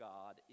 God